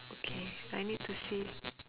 okay I need to see